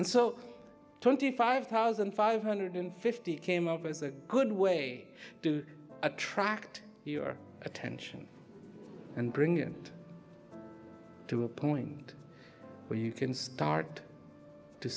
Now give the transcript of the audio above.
and so twenty five thousand five hundred fifty came up as a good way to attract your attention and bring it to a point where you can start to